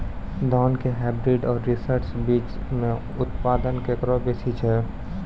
धान के हाईब्रीड और रिसर्च बीज मे उत्पादन केकरो बेसी छै?